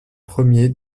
premier